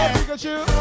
Pikachu